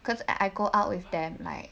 cause I go out with them like